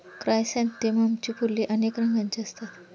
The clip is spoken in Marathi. क्रायसॅन्थेममची फुले अनेक रंगांची असतात